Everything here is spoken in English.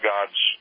God's